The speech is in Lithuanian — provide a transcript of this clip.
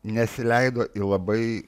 nesileido į labai